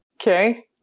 Okay